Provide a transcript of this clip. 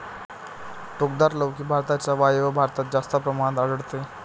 टोकदार लौकी भारताच्या वायव्य भागात जास्त प्रमाणात आढळते